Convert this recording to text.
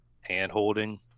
hand-holding